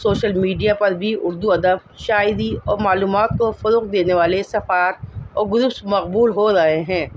social media پر بھی اردو ادب شاعری اور معلومات کو فروغ دینے والے صفحات اور گروپس مقبول ہو رہے ہیں